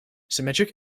symmetric